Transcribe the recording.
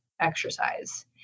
exercise